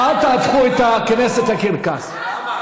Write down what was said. אל תהפכו את הכנסת לקרקס.